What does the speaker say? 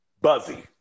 Buzzy